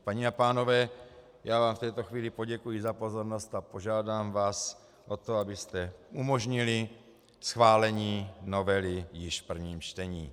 Paní a pánové, já vám v této chvíli poděkuji za pozornost a požádám vás o to, abyste umožnili schválení novely již v prvním čtení.